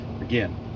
Again